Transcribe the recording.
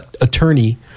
attorney